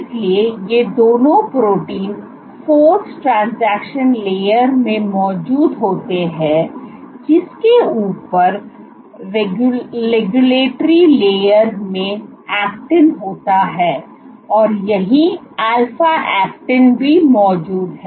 इसलिए ये दोनों प्रोटीन फोर्स ट्रांजैक्शन लेयर में मौजूद होते हैं जिसके ऊपर रेग्युलेटरी लेयर में ऐक्टिन होता है और यहीं अल्फा ऐक्टिन भी मौजूद है